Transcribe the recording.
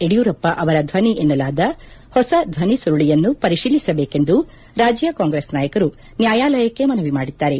ಯಡಿಯೂರಪ್ಪ ಅವರ ಧ್ವನಿ ಎನ್ನಲಾದ ಹೊಸ ಧ್ವನಿ ಸುರುಳಿಯನ್ನು ಪರಿಶೀಲಿಸಬೇಕೆಂದು ರಾಜ್ಯ ಕಾಂಗ್ರೆಸ್ ನಾಯಕರು ನ್ವಾಯಾಲಯಕ್ಕೆ ಮನವಿ ಮಾಡಿದ್ದಾರೆ